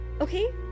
Okay